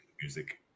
music